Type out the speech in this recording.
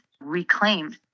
reclaim